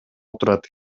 отурат